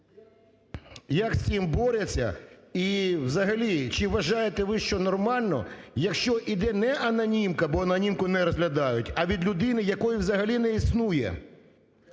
Як з цим боряться? І взагалі, чи вважаєте ви, що нормально, якщо іде не анонімка, бо анонімку не розглядають, а від людини, якої взагалі не існує?